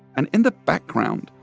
and in the background,